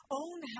own